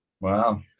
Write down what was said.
Wow